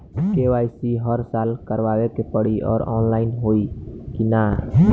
KYC हर साल करवावे के पड़ी और ऑनलाइन होई की ना?